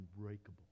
unbreakable